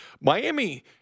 Miami